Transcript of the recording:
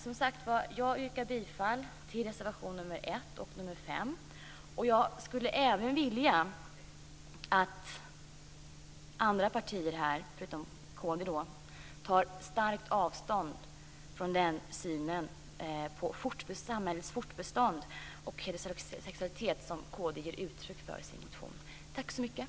Som sagt, jag yrkar bifall till reservation nr 1 och nr 5. Jag skulle vilja att andra partier tar ett starkt avstånd från den syn på samhällets fortbestånd och sexualitet som kd ger uttryck för i sin motion.